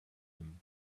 him